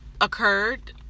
occurred